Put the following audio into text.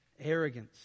Arrogance